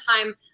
time